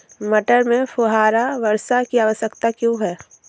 मटर में फुहारा वर्षा की आवश्यकता क्यो है?